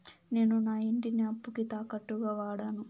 నేను నా ఇంటిని అప్పుకి తాకట్టుగా వాడాను